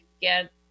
get